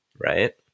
right